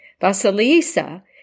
Vasilisa